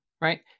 right